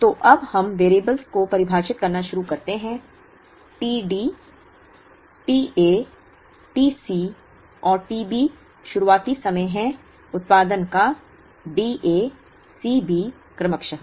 तो अब हम वेरिएबल्स को परिभाषित करना शुरू करते हैं t D t A t C और t B शुरुआती समय है उत्पादन का D A C B क्रमशः